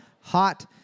Hot